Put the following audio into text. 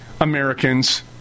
Americans